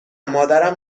مادرم